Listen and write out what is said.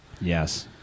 Yes